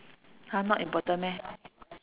!huh! not important meh